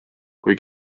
kui